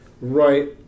right